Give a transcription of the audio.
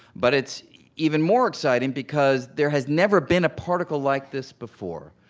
but it's even more exciting because there has never been a particle like this before.